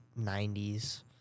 90s